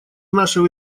нашего